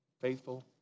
Faithful